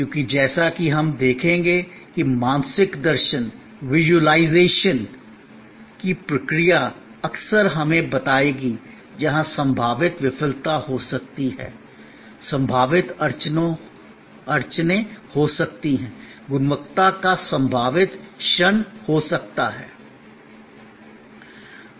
क्योंकि जैसा कि हम देखेंगे कि मानसिक दर्शन विज़ुअलाइज़ेशन की प्रक्रिया अक्सर हमें बताएगी जहां संभावित विफलता हो सकती है संभावित अड़चनें हो सकती हैं गुणवत्ता का संभावित क्षरण हो सकता है